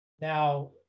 Now